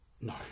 No